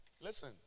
listen